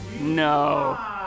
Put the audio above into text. no